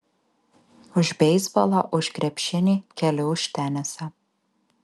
už beisbolą už krepšinį keli už tenisą